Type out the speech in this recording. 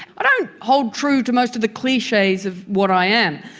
i don't hold true to most of the cliches of what i am,